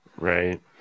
Right